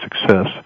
success